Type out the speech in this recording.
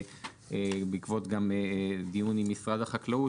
ובעקבות דיון גם עם משרד החקלאות,